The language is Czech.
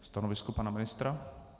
Stanovisko pana ministra?